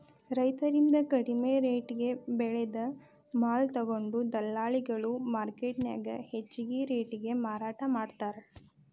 ರೈತರಿಂದ ಕಡಿಮಿ ರೆಟೇಗೆ ಬೆಳೆದ ಮಾಲ ತೊಗೊಂಡು ದಲ್ಲಾಳಿಗಳು ಮಾರ್ಕೆಟ್ನ್ಯಾಗ ಹೆಚ್ಚಿಗಿ ರೇಟಿಗೆ ಮಾರಾಟ ಮಾಡ್ತಾರ